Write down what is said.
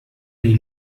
nei